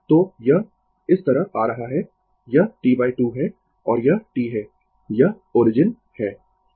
तो यह इस तरह आ रहा है यह T 2 है और यह T है यह ओरिजिन है